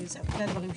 אלה דברי.